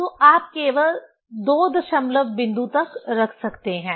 तो आप केवल दो दशमलव बिंदु तक रख सकते हैं